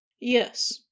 Yes